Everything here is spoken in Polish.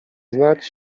znać